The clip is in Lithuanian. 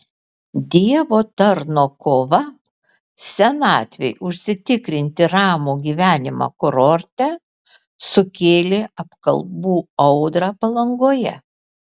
dievo tarno kova senatvei užsitikrinti ramų gyvenimą kurorte sukėlė apkalbų audrą palangoje